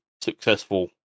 successful